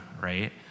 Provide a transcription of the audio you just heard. right